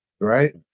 right